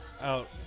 out